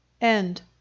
End